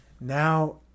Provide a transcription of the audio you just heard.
Now